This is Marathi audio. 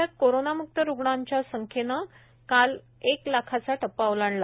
राज्यात कोरोनाम्क्त रुग्णांच्या संख्येनं काल एक लाखाचा टप्पा ओलांडला